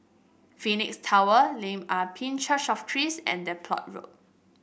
Phoenix Tower Lim Ah Pin Church of Christ and Depot Road